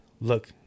look